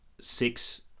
six